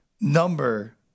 number